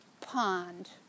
pond